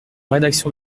rédaction